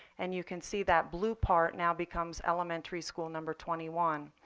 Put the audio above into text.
and you can see that blue part now becomes elementary school number twenty one.